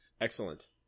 excellent